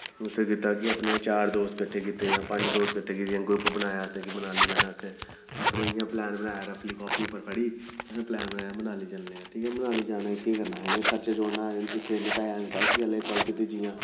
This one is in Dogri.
उत्थें कीता कि अपने चार दोस्त कट्ठे कीते जां पंज दोस्त कट्ठे कीते ग्रुप बनाया असें कि मनाली जाना असें अपने इ'यां प्लैन बनाया रफली कापी फड़ी ते असें प्लैन बनाया मनाली चलने आं ठीक ऐ मनाली जाना हा होर केह् करना हा खर्चा जोड़ना हा टैक्सी आह्ले गी काल कीती जियां